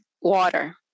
water